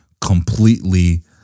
completely